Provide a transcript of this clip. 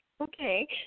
okay